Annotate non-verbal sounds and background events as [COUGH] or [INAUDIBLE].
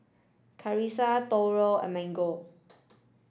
[UNINTELLIGIBLE] and Mango